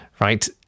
right